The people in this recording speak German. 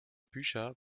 bücher